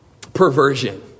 Perversion